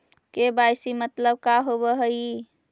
KYC मतलब का होव हइ?